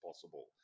possible